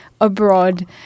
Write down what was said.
Abroad